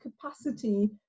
capacity